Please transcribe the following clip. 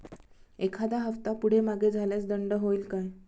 एखादा हफ्ता पुढे मागे झाल्यास दंड होईल काय?